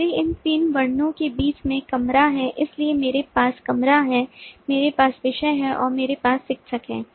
इसलिए इन तीन वर्गों के बीच में कमरा है इसलिए मेरे पास कमरा है मेरे पास विषय है और मेरे पास शिक्षक हैं